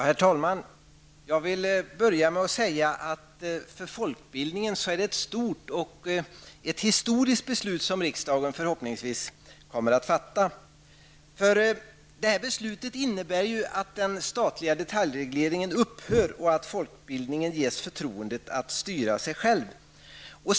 Herr talman! Jag vill börja med att säga att för folkbildningen är det ett stort och ett historiskt beslut som riksdagen förhoppningsvis kommer att fatta. Beslutet innebär att den statliga detaljregleringen upphör och att folkbildningen ges förtroendet att styra sig själv.